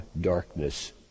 darkness